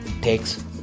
takes